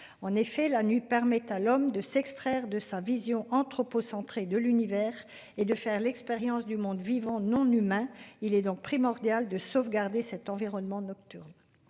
En effet la nuit permettent à l'homme de s'extraire de sa vision anthropocentrique. De l'univers et de faire l'expérience du monde vivant non humain. Il est donc primordial de sauvegarder cet environnement nocturnes.